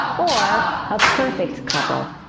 or a perfect couple.